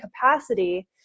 capacity